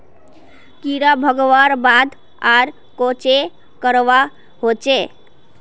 कीड़ा भगवार बाद आर कोहचे करवा होचए?